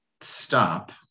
stop